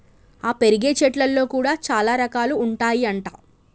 ఆ పెరిగే చెట్లల్లో కూడా చాల రకాలు ఉంటాయి అంట